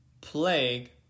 plague